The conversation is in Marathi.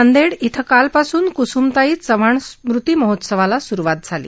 नांदेड इथं कालपासून कुसुमताई चव्हाण स्मृती महोत्सवाला सुरुवात झाली